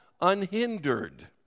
Unhindered